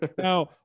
Now